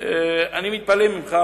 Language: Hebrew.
אני מתפלא עליך,